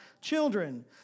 children